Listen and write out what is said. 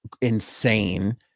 insane